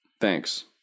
Thanks